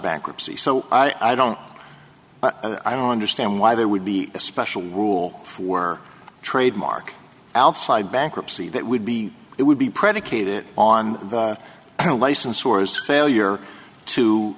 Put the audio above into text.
bankruptcy so i don't i don't understand why there would be a special rule for trademark outside bankruptcy that would be it would be predicated on the license or his failure to